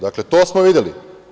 Dakle, to smo videli.